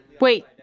Wait